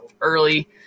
early